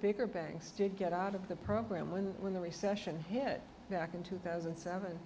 bigger banks did get out of the program when when the recession hit back in two thousand and seven